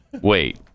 Wait